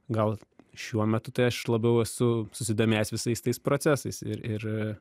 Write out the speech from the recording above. gal šiuo metu tai aš labiau esu susidomėjęs visais tais procesais ir ir